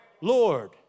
Lord